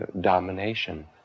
domination